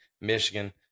Michigan